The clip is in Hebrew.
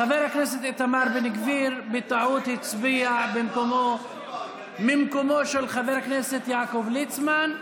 חבר הכנסת איתמר בן גביר בטעות הצביע ממקומו של חבר הכנסת יעקב ליצמן.